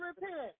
repent